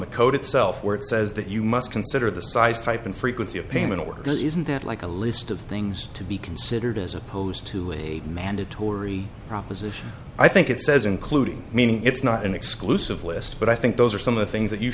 the code itself where it says that you must consider the size type and frequency of payment order isn't that like a list of things to be considered as opposed to a mandatory proposition i think it says including meaning it's not an exclusive list but i think those are some of the things that you